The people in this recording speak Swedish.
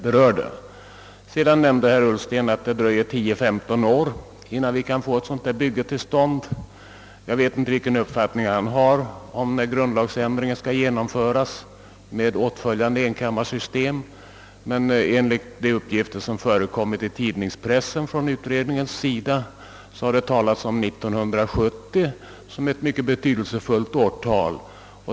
Herr Ullsten nämnde att det dröjer 10—15 år innan vi kan få ett sådant bygge till stånd. Jag vet inte vilken uppfattning han har om när grundlagsändringen med åtföljande enkammarsystem skall genomföras, men i de uppgifter som fö rekommit i tidningspressen från utredningen har talats om 1970 som ett mycket betydelsefullt årtal.